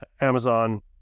Amazon